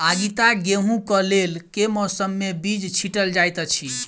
आगिता गेंहूँ कऽ लेल केँ मौसम मे बीज छिटल जाइत अछि?